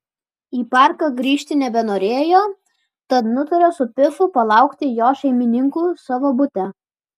į parką grįžti nebenorėjo tad nutarė su pifu palaukti jo šeimininkų savo bute